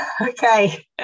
okay